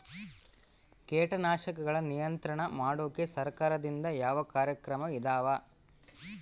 ಕೇಟನಾಶಕಗಳ ನಿಯಂತ್ರಣ ಮಾಡೋಕೆ ಸರಕಾರದಿಂದ ಯಾವ ಕಾರ್ಯಕ್ರಮ ಇದಾವ?